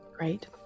right